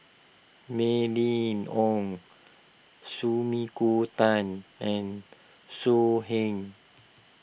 Mylene Ong Sumiko Tan and So Heng